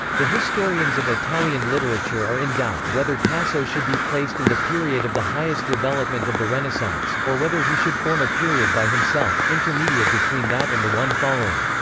the historians of italian literature are in doubt whether tasso should be placed in the period of the highest development of the renaissance, or whether he should form a period by himself, intermediate between that and the one following.